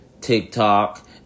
TikTok